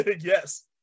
Yes